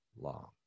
long